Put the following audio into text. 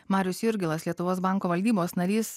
marius jurgilas lietuvos banko valdybos narys